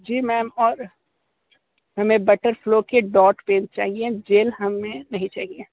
जी ma'am और हमें Butterflow के डॉट पेन चाहिए जेल हमें नहीं चाहिए